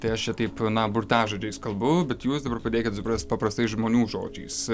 tai aš čia taip na burtažodžiais kalbu bet jūs dabar padėkit suprast paprastai žmonių žodžiais